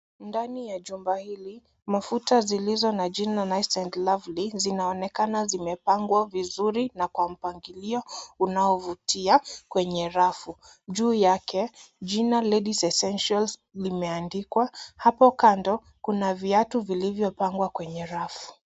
Ndani ya jumba hili mafuta zilizo na jina [cs ] nice and lovely [cs ] zinaonekana zimepangwa vizuri na kwa mpangilio unavutia kwenye rafu. Juu yake jina [cs ] ladies essentials [cs ] limeandikwa. Hapo kando kuna viatu vilivyo pangwa kwenye rafu.